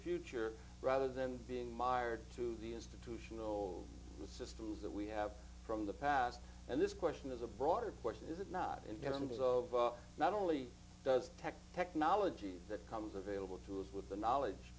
future rather than being mired to the institutional the systems that we have from the past and this question is a broader question is it not intended of not only does tech technology that comes available through it with the knowledge